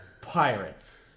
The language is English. Pirates